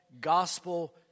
Gospel